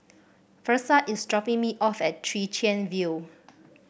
Versa is dropping me off at Chwee Chian View